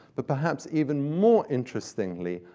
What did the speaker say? but perhaps even more interestingly,